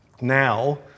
now